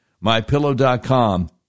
MyPillow.com